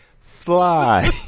Fly